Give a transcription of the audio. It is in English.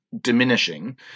diminishing